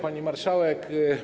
Pani Marszałek!